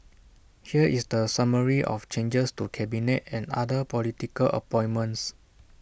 here is the summary of changes to cabinet and other political appointments